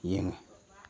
ꯌꯦꯡꯏ